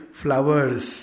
flowers